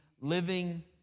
Living